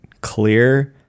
clear